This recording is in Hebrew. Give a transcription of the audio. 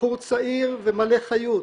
בחור צעיר ומלא חיות,